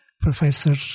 Professor